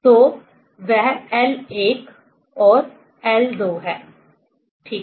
तो वह l1 और l2 है ठीक है